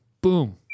boom